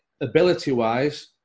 ability-wise